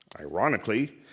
Ironically